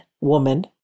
woman